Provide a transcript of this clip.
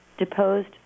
deposed